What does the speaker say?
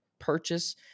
Purchase